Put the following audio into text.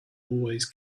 always